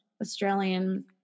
Australian